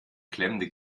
klemmende